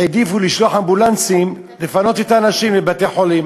העדיפו לשלוח אמבולנסים לפנות אנשים לבתי-חולים.